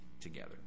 together